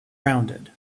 rounded